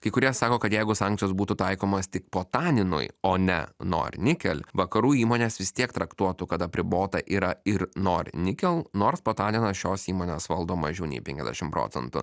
kai kurie sako kad jeigu sankcijos būtų taikomas tik potaninui o ne nor nikel vakarų įmonės vis tiek traktuotų kad apribota yra ir nor nikel nors potaninas šios įmonės valdo mažiau nei penkiasdešim procentų